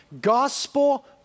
gospel